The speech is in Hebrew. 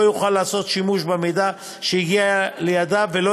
לא יוכל לעשות שימוש במידע שהגיע לידיו ולא